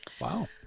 Wow